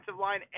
line